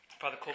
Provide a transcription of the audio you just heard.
Father